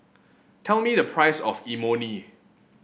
tell me the price of Imoni